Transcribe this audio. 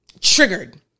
Triggered